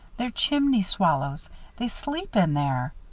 they're chimney swallows they sleep in there.